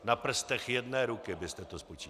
Na prstech jedné ruky byste to spočítali.